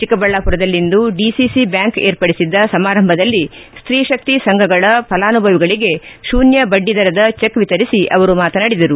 ಚಿಕ್ಕಬಳ್ಣಾಪುರದಲ್ಲಿಂದು DCC bank ಏರ್ಪಡಿಸಿದ್ದ ಸಮಾರಂಭದಲ್ಲಿ ಸ್ತಿತಕ್ತಿ ಸಂಘಗಳ ಫಲಾನುಭವಿಗಳಿಗೆ ಶೂನ್ಯ ಬಡ್ಡಿದರದ ಚಿಕ್ ವಿತರಿಸಿ ಅವರು ಮಾತನಾಡಿದರು